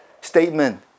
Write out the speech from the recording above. statement